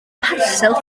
parsel